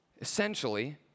Essentially